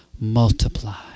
Multiply